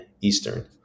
Eastern